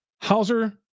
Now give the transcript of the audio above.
Hauser